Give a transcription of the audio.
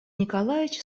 николаевич